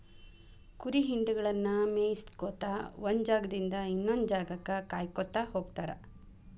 ಕುರಿ ಹಿಂಡಗಳನ್ನ ಮೇಯಿಸ್ಕೊತ ಒಂದ್ ಜಾಗದಿಂದ ಇನ್ನೊಂದ್ ಜಾಗಕ್ಕ ಕಾಯ್ಕೋತ ಹೋಗತಾರ